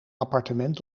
appartement